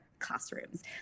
classrooms